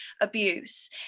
abuse